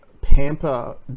pamper